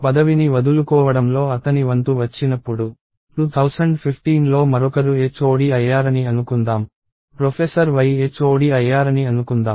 పదవిని వదులుకోవడంలో అతని వంతు వచ్చినప్పుడు 2015లో మరొకరు HOD అయ్యారని అనుకుందాం ప్రొఫెసర్ Y HOD అయ్యారని అనుకుందాం